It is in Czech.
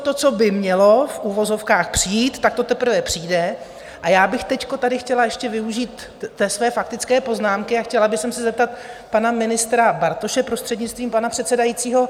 To, co by mělo v uvozovkách přijít, to teprve přijde, a já bych teď tady chtěla ještě využít té své faktické poznámky a chtěla bych se zeptat pana ministra Bartoše, prostřednictvím pana předsedajícího.